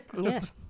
Yes